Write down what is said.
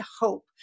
hope